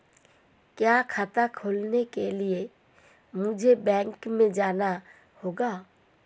क्या खाता खोलने के लिए मुझे बैंक में जाना होगा?